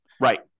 Right